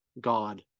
God